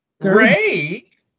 Great